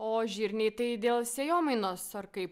o žirniai tai dėl sėjomainos ar kaip